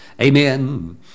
Amen